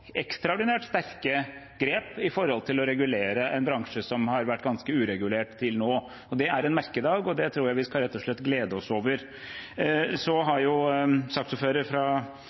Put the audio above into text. ekstraordinært sterke grep for å regulere en bransje som har vært ganske uregulert til nå. Det er en merkedag, og det tror jeg rett og slett vi skal glede oss over. Saksordføreren for regjeringspartiene har